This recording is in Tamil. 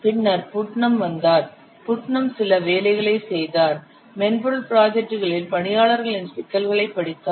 பின்னர் புட்னம் வந்தார் புட்னம் சில வேலைகளை செய்தார் மென்பொருள் ப்ராஜெட்டுகளில் பணியாளர்களின் சிக்கல்களை படித்தார்